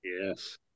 Yes